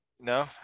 No